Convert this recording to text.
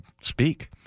speak